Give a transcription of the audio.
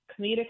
comedic